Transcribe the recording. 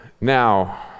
Now